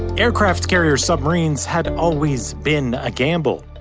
aircraft carrier submarines had always been a gamble.